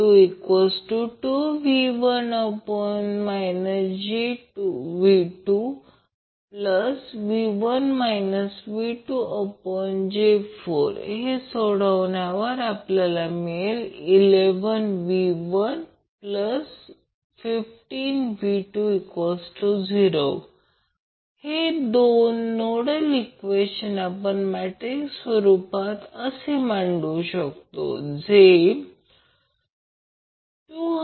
5V1 V2j4 हे सोडवण्यावर आपल्याला मिळेल 11V115V20 हे 2 नोडल ईक्वेशन आपण मॅट्रिक्स रुपात असे मांडू शकता 20 01j1